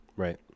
Right